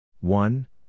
One